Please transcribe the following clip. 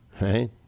Right